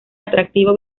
atractivo